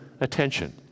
attention